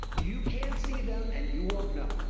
you can't see them, and you won't know.